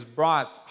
brought